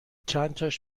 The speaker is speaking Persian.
چنتاش